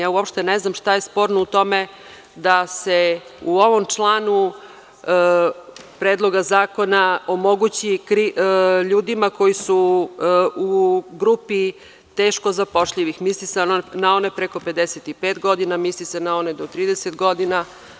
Ja uopšte ne znam šta je sporno u tome da se u ovom članu Predloga zakona omogući ljudima koji su u grupi teško zapošljivih, misli se na one preko 55 godina, misli se na one do 30 godina.